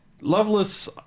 Loveless